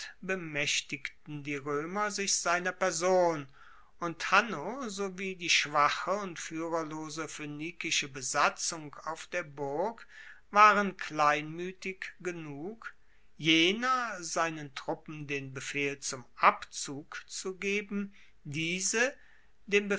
bemaechtigten die roemer sich seiner person und hanno sowie die schwache und fuehrerlose phoenikische besatzung auf der burg waren kleinmuetig genug jener seinen truppen den befehl zum abzug zu geben diese